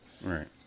Right